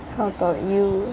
how about you